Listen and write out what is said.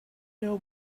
know